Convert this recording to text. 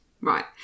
Right